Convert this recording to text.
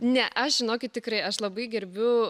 ne aš žinokit tikrai aš labai gerbiu